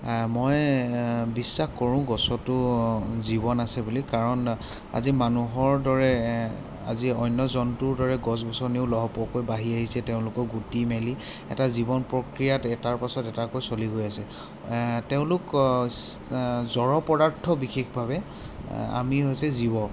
মই বিশ্বাস কৰোঁ গছতো জীৱন আছে বুলি কাৰণ আজি মানুহৰ দৰে আজি অন্য জন্তুৰ দৰে গছ গছনিও লহপহকৈ বাঢ়ি আহিছে তেওঁলোকো গুটি মেলি এটা জীৱন প্ৰক্ৰিয়াত এটাৰ পাছত এটাকৈ চলি গৈ আছে তেওঁলোক জড় পদাৰ্থ বিশেষভাৱে আমি হৈছে জীৱ